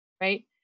Right